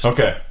Okay